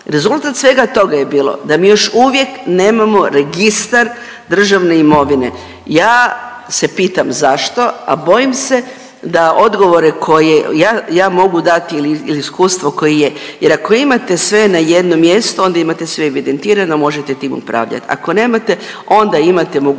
Rezultat svega toga je bilo da mi još uvijek nemamo registar državne imovine. Ja se pitam zašto, a bojim se da odgovore koje ja mogu dati i iskustvo koje je, jer ako imate sve na jednom mjestu onda imate sve evidentirano, možete time upravljati, ako nemate onda imate mogućnost